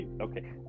Okay